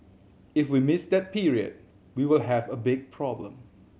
if we miss that period we will have a big problem